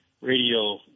radio